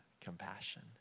compassion